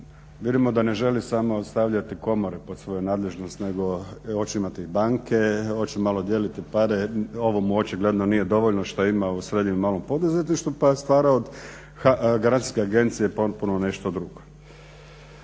Vidimo da ne želi samo stavljati komore pod svoju nadležnost nego hoće imati i banke, hoće malo dijeliti …/Govornik se ne razumije./… ovo mu očigledno nije dovoljno što ima u srednjem i malom poduzetništvu, pa je stvarao gradske agencije potpuno u nešto drugo.